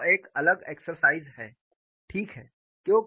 वह एक अलग एक्सरसाइज है ठीक है